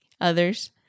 others